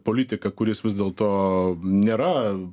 politiką kuris vis dėlto nėra